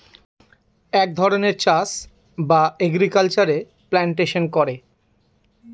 এক ধরনের চাষ বা এগ্রিকালচারে প্লান্টেশন করে